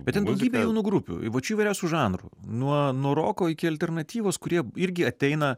bet ten daugybė jaunų grupių pačių įvairiausių žanrų nuo nuo roko iki alternatyvos kurie irgi ateina